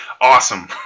Awesome